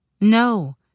No